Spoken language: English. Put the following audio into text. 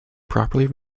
properly